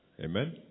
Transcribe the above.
Amen